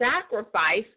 sacrifice